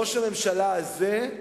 ראש הממשלה הזה,